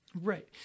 Right